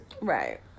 Right